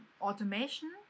automation